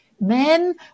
men